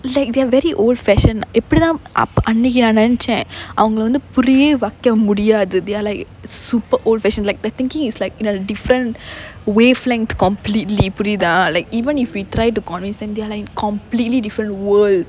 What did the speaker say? like they are very old fashioned எப்படித்தான் அப்~ அன்னைக்கு நான் நினைச்சேன் அவங்கள வந்து புரிய வைக்க முடியாது:eppadithaan ap~ annaikku naan ninaichaen avangala vanthu puriya vaikka mudiyaathu they are like super old fashioned like their thinking is like you know the different wavelength completely புரியுதா:puriyuthaa like even if we tried to convince them they are like completely different world